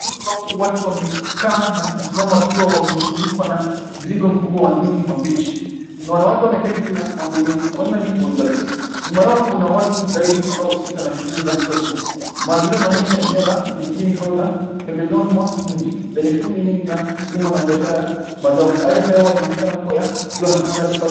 Sehemu ambapo watu wamekaa na kusimama wakiwa wamezungukwa na mzingo mkubwa wa ndizi mambichi kuna wanawake wameketi wameketi juu ya magunia huenda ni wauzaji, nyuma yao kuna watu zaidi wanaohusika na shughuli za soko. Mazingira yanaonyesha eneo la vijijini au la pembezoni mwa mji lenye shughuli nyingi za kilimo na biashara ya mazao. Hali ya hewa inaonekana kua ya jua na anga safi.